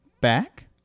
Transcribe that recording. back